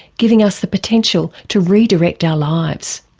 giving us the potential to redirect our lives.